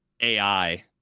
AI